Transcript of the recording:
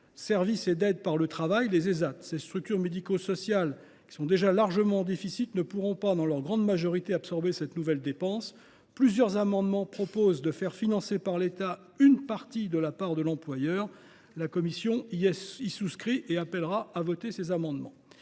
services d’aide par le travail (Ésat). En effet, ces structures médico sociales, qui sont déjà largement en déficit, ne pourront pas dans leur grande majorité absorber cette nouvelle dépense. Plusieurs amendements visent à faire financer par l’État une partie de la part de l’employeur. La commission y est favorable et appellera à les voter.